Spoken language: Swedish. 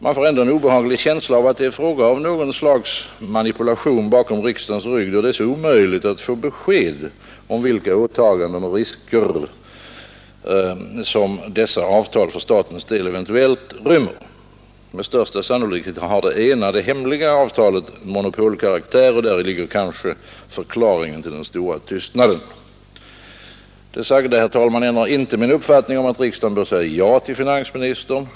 Man får ändå en obehaglig känsla av att det är fråga om något slags manipulationer bakom riksdagens rygg, då det är så omöjligt att få besked om vilka åtaganden och risker som dessa avtal för statens del eventuellt rymmer. Med största sannolikhet har det ena, det hemliga, avtalet monopolkaraktär, och däri ligger kanske förklaringen till den stora tystnaden. Det sagda, herr talman, ändrar inte min uppfattning om att riksdagen bör säga ja till finansministern.